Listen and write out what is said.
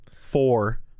four